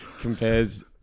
compares